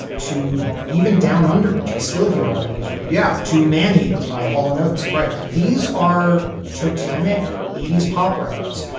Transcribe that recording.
to even down under which i still hear on oldies radio yeah to maneater by hall and oates. right. these are totemic eighty s pop records.